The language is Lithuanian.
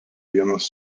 vienas